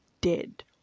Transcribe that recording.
dead